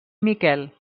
miquel